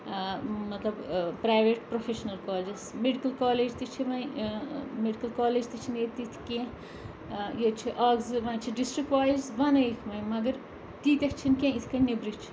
مطلب private professional colleges medical college تہِ چھِ وۄنۍ میڈِکَل کالج تہِ چھِ نہٕ ییٚتہِ تِتھۍ کینٛہہ ییٚتہِ چھِ آکھ زٕ وۄں چھِ ڈِسٹرک کالیج بَنٲیِکھ وۄن مَگر تیٖتیاہ چھِ نہٕ کیٚنٛہہ یِتھ کٔنۍ نی۪برٕ چھِ